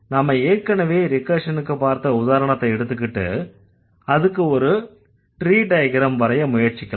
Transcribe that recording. நாம ஏற்கனவே ரிகர்ஷனுக்கு பார்த்த உதாரணத்தை எடுத்துகிட்டு அதுக்கு ஒரு ட்ரீ டயக்ரம் வரைய முயற்சிக்கலாம்